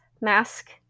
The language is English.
mask